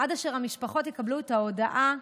עד אשר המשפחות יקבלו את ההודעה,